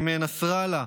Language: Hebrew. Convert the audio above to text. עם נסראללה,